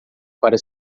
para